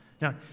Now